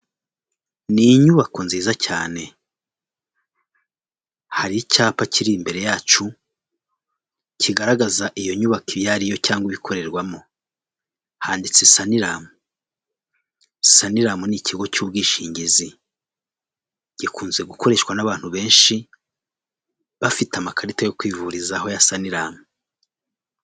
Ni inyubako nziza cyane hari icyapa kiri imbere yacu kigaragaza iyo nyubako iyo ariyo cyangwa ibikorerwamo, handitse saniramu. Saniramu ni ikigo cy'ubwishingizi, gikunze gukoreshwa n'abantu benshi bafite amakarita yo kwivurizaho ya saniramu.